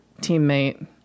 teammate